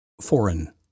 foreign